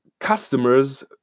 Customers